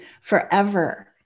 forever